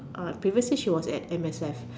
uh previously she was at M_S_F